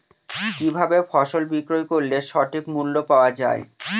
কি ভাবে ফসল বিক্রয় করলে সঠিক মূল্য পাওয়া য়ায়?